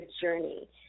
journey